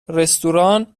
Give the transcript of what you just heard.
رستوران